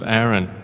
Aaron